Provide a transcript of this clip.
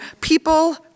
people